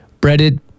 Breaded